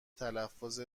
تلفظ